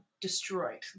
destroyed